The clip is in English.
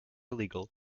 illegal